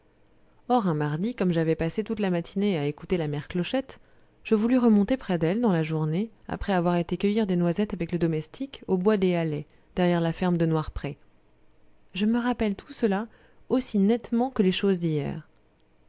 or un mardi comme j'avais passé toute la matinée à écouter la mère clochette je voulus remonter près d'elle dans la journée après avoir été cueillir des noisettes avec le domestique au bois des hallets derrière la ferme de noirpré je me rappelle tout cela aussi nettement que les choses d'hier